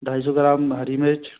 ढाई सौ ग्राम हरी मिर्च